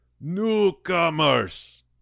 Newcomers